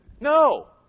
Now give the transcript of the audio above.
No